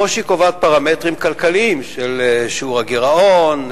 שכמו שהיא קובעת פרמטרים כלכליים של שיעור הגירעון,